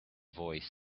voice